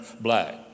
black